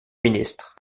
ministre